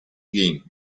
game